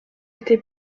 été